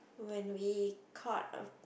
when we cut of